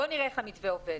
בואו נראה איך המתווה עובד.